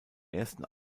ersten